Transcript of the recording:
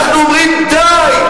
אנחנו אומרים: די.